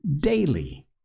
daily